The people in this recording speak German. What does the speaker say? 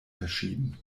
verschieben